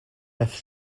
left